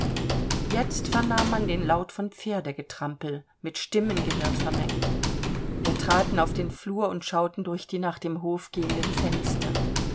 jetzt vernahm man den laut von pferdegetrampel mit stimmengewirr vermengt wir traten auf den flur und schauten durch die nach dem hof gehenden fenster